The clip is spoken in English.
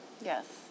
Yes